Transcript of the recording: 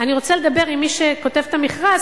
אני רוצה לדבר עם מי שכותב את המכרז,